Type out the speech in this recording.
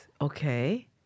Okay